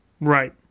right